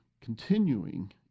continuing